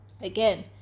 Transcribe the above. again